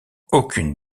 aucune